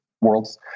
worlds